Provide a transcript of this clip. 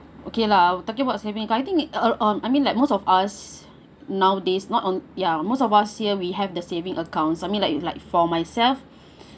okay lah talking about saving I think uh um I mean like most of us nowadays not on ya most of us here we have the saving accounts I mean like like for myself